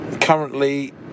currently